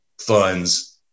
funds